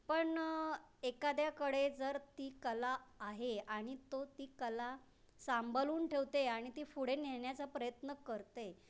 पण एखाद्याकडे जर ती कला आहे आणि तो ती कला सांभाळून ठेवते आणि ती पुढे नेण्याचा प्रयत्न करते